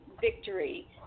victory